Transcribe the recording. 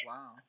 Wow